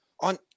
on